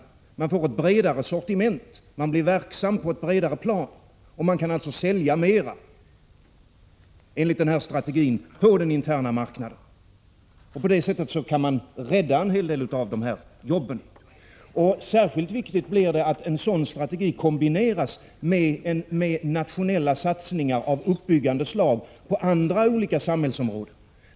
Enligt vår strategi får man ett bredare sortiment, man blir verksam på ett bredare plan och kan alltså sälja mer på den internationella marknaden. På det sättet kan man Prot. 1986/87:104 rädda en hel del av jobben. 8 april 1987 Särskilt viktigt blir det att ha en sådan strategisk kompetens med nationella satsningar av uppbyggande slag på olika samhällsområden.